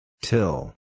Till